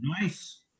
Nice